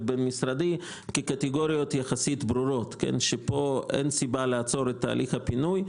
בין משרדי כקטגוריות ברורות שאין סיבה לעצור את תהליך הפינוי,